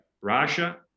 Russia